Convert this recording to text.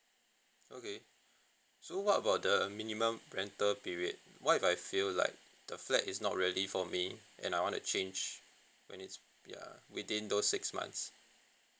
okay so what about the minimum rental period what if I feel like the flat is not really for me and I want to change when it's ya within those six months